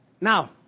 Now